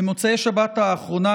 במוצאי שבת האחרונה,